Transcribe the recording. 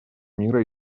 мира